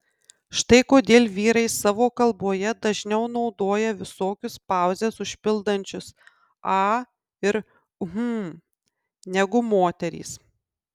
štai kodėl vyrai savo kalboje dažniau naudoja visokius pauzes užpildančius a ir hm negu moterys